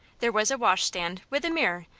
there was a washstand, with a mirror,